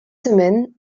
semaines